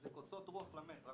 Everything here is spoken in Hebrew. רק שתדעי, זה כוסות רוח למת.